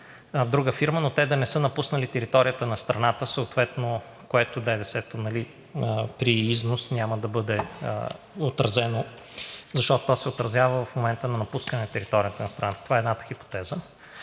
друга фирма, но те да не са напуснали територията на страната, съответно ДДС-то при износ няма да бъде отразено, защото то се отразява в момента на напускане на територията на страната. Това е едната хипотеза.